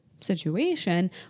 situation